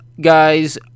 guys